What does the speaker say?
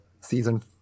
season